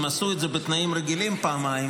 הם עשו את זה בתנאים רגילים פעמיים,